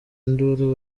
induru